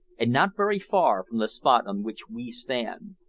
and not very far from the spot on which we stand.